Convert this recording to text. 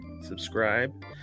subscribe